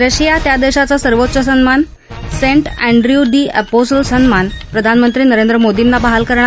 Russia त्या देशाचा सर्वोच्च सन्मान सेंट अस्ट्र्यू डि अप्पिसल सन्मान प्रधानमंत्री नरेंद्र मोदीना बहाल करणार